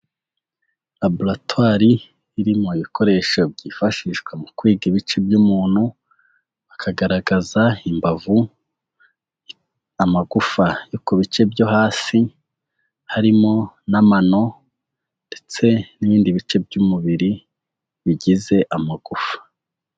Laboratwari irimo ibikoresho byifashishwa mu kwiga ibice by'umuntu, bakagaragaza imbavu, amagufa yo ku bice byo hasi, harimo n'amano ndetse n'ibindi bice by'umubiri bigize amagufa.